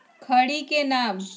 खड़ी के नाम?